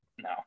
no